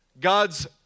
God's